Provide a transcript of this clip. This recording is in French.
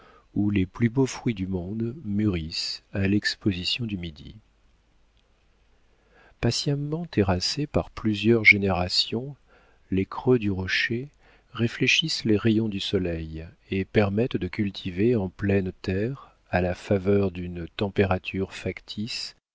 où les plus beaux fruits du monde mûrissent à l'exposition du midi patiemment terrassés par plusieurs générations les creux du rocher réfléchissent les rayons du soleil et permettent de cultiver en pleine terre à la faveur d'une température factice